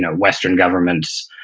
ah western governments,